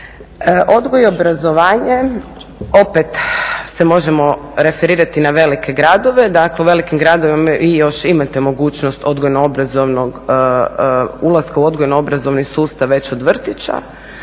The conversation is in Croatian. Odgoj i obrazovanje opet se možemo referirati na velike gradove, dakle u velikim gradovima vi još imate mogućnost odgojno-obrazovnog, ulaska u odgojno obrazovni sustav već od vrtića